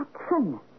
Action